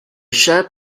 chat